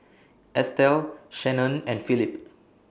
Estel Shanon and Phillip